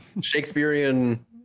Shakespearean